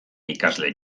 ikasle